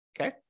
okay